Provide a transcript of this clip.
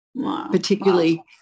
particularly